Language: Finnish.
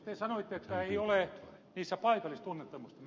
te sanoitte että ei ole niissä paikallistuntemusta